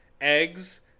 eggs